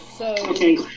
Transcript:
Okay